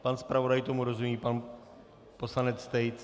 Pan zpravodaj tomu rozumí, pan poslanec Tejc...